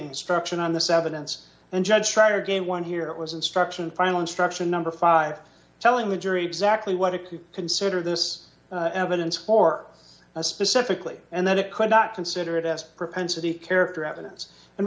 limiting struction on this evidence and judge try again one here it was instruction final instruction number five telling the jury exactly what it could consider this evidence for a specifically and that it could not consider it as propensity character evidence and